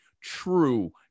true